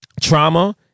trauma